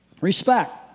Respect